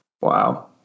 Wow